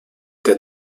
der